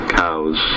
cows